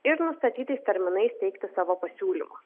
ir nustatytais terminais teikti savo pasiūlymą